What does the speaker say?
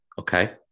Okay